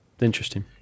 interesting